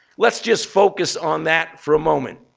let's just focus on that for a moment.